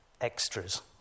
extras